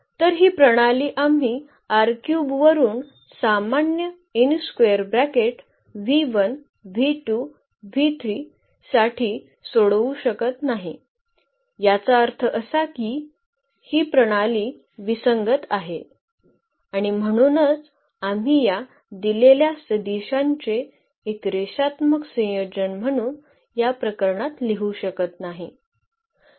तर ही प्रणाली आम्ही वरून सामान्य साठी सोडवू शकत नाही याचा अर्थ असा की ही प्रणाली विसंगत आहे आणि म्हणूनच आम्ही या दिलेल्या सदिशांचे एक रेषात्मक संयोजन म्हणून या प्रकरणात लिहू शकत नाही